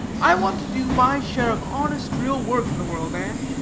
i want to do my share of honest, real work in the world, anne.